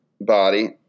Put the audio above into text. body